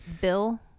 Bill